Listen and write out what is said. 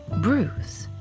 Bruce